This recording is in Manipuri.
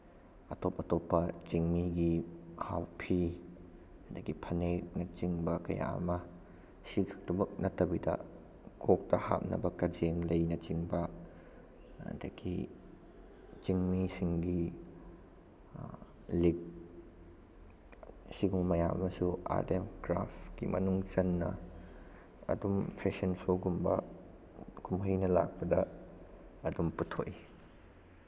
ꯑꯇꯣꯞ ꯑꯇꯣꯞꯄ ꯆꯤꯡꯃꯤꯒꯤ ꯍꯥꯎꯐꯤ ꯑꯗꯒꯤ ꯐꯅꯦꯛꯅꯆꯤꯡꯕ ꯀꯌꯥ ꯑꯃ ꯁꯤꯈꯛꯇꯃꯛ ꯅꯠꯇꯕꯤꯗ ꯀꯣꯛꯇ ꯍꯥꯞꯅꯕ ꯀꯖꯦꯡꯂꯩꯅꯆꯤꯡꯕ ꯑꯗꯒꯤ ꯆꯤꯡꯃꯤꯁꯤꯡꯒꯤ ꯂꯤꯛ ꯑꯁꯤꯒꯨꯝꯕ ꯃꯌꯥꯝ ꯑꯃꯁꯨ ꯑꯥꯔꯠ ꯑꯦꯟ ꯀ꯭ꯔꯥꯐꯀꯤ ꯃꯅꯨꯡ ꯆꯟꯅ ꯑꯗꯨꯝ ꯐꯦꯁꯟ ꯁꯣꯒꯨꯝꯕ ꯀꯨꯝꯍꯩꯅ ꯂꯥꯛꯄꯗ ꯑꯗꯨꯝ ꯄꯨꯊꯣꯛꯏ